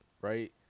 right